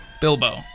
Bilbo